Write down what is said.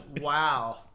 Wow